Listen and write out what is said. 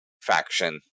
faction